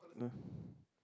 no